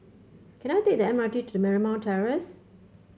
can I take the M R T to Marymount Terrace